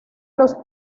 los